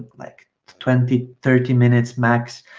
like twenty, thirty minutes, max,